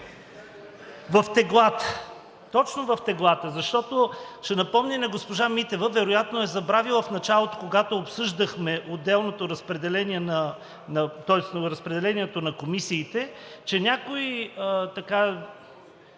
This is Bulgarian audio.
в теглата. Точно в теглата, защото ще напомня на госпожа Митева, вероятно е забравила в началото, когато обсъждахме разпределението на комисиите, че някои членове